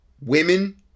women